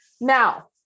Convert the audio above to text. Now